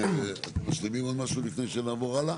אתם משלימים עוד משהו לפני שנעבור הלאה?